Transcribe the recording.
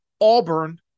Auburn